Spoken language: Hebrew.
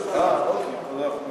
הצעת חוק ממשלתית, אה, אוקיי.